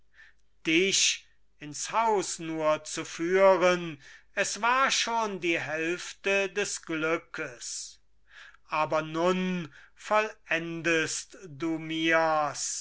dich ins haus nur zu führen es war schon die hälfte des glückes aber nun vollendest du mir's